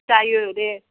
जायो दे